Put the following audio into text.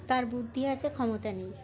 তার বুদ্ধি আছে ক্ষমতা নেই